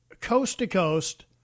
coast-to-coast